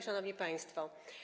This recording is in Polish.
Szanowni Państwo!